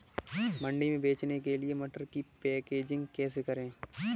मंडी में बेचने के लिए मटर की पैकेजिंग कैसे करें?